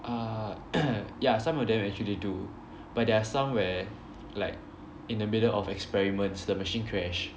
err yeah some of them actually do but there are some where like in the middle of experiments the machine crash